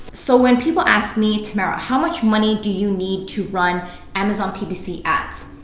so when people ask me, tamara, how much money do you need to run amazon ppc ads?